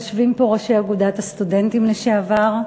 יושבים פה ראשי אגודת הסטודנטים לשעבר,